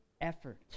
effort